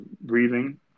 breathing